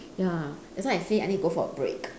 ya that's why I say I need go for a break